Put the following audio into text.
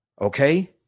Okay